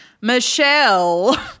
Michelle